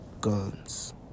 guns